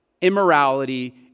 immorality